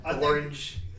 orange